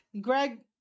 Greg